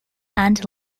and